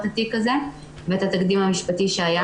התיק הזה ואת התקדים המשפטי שהיה כאן.